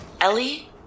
Ellie